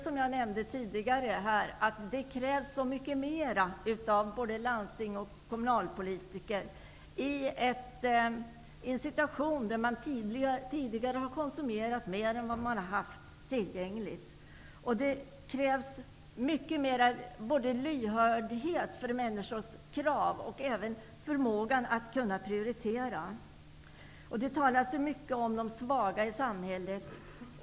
Som jag nämnt tidigare krävs det så mycket mera av både landstings -- och kommunalpolitiker i en situation som beror på att det tidigare konsumerats mer än vad som funnits tillgängligt. Det krävs mycket mer av lyhördhet för människors krav och även förmåga att prioritera. Vidare talas det mycket om de svaga i samhället.